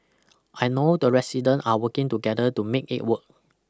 I know the resident are working together to make it work